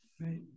Right